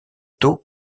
taux